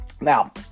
Now